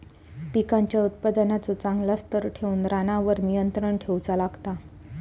पिकांच्या उत्पादनाचो चांगल्या स्तर ठेऊक रानावर नियंत्रण ठेऊचा लागता